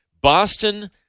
Boston